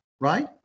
right